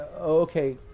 okay